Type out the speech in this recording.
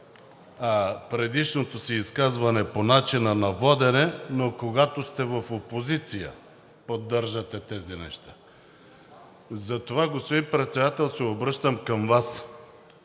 в предишното си изказване по начина на водене, но когато сте в опозиция поддържате тези неща. Затова, господин Председател, се обръщам към Вас.